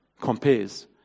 compares